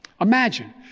Imagine